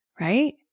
Right